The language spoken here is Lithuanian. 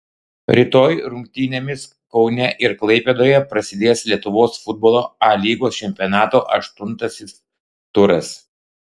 rytoj rungtynėmis kaune ir klaipėdoje prasidės lietuvos futbolo a lygos čempionato aštuntasis turas